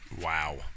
Wow